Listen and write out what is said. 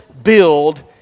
Build